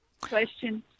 Question